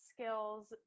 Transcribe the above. skills